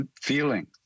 feeling